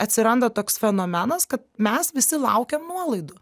atsiranda toks fenomenas kad mes visi laukiam nuolaidų